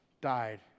died